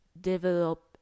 develop